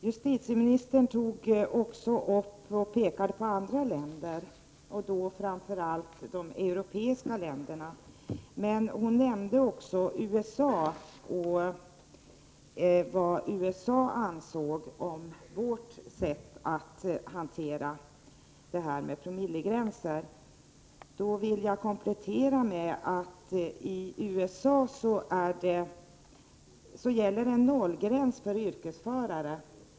I sitt anförande gjorde justitieministern jämförelser med andra länder, framför allt de europeiska, men hon nämnde också USA och vad man där anser om vårt sätt att hantera frågan om promillegränser. Låt mig komplettera henne med att säga att i USA gäller nollgräns för yrkesförare.